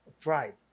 Pride